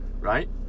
Right